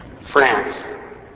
France